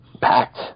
packed